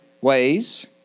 ways